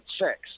six